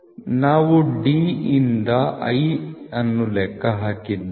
ನಾವು D ಯಿಂದ i ಅನ್ನು ಲೆಕ್ಕ ಹಾಕಿದ್ದೇವೆ